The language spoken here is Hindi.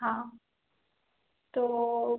हाँ तो